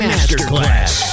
Masterclass